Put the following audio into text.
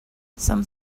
some